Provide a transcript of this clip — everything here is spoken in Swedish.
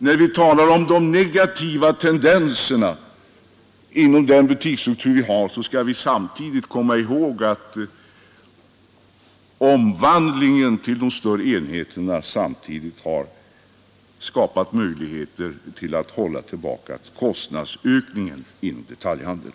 När vi talar om de negativa tendenserna inom den butiksstruktur vi har: skall vi samtidigt komma ihåg, att omvandlingen till de större enheterna samtidigt har skapat möjligheter att hålla tillbaka kostnadsökningen inom detaljhandeln.